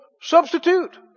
substitute